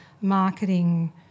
marketing